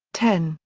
ten,